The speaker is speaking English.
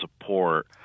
support